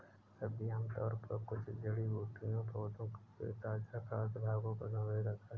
सब्जी आमतौर पर कुछ जड़ी बूटियों के पौधों के ताजा खाद्य भागों को संदर्भित करता है